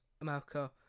America